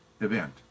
event